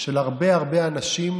של הרבה הרבה אנשים